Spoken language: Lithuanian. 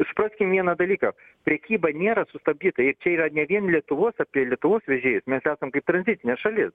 supraskim vieną dalyką prekyba nėra sustabdyta ir čia yra ne vien lietuvos apie lietuvos vežėjus mes esam kaip tranzitinė šalis